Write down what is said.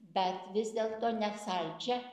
bet vis dėlto ne saldžią